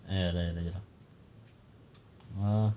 ah ya lah ya lah ya lah ah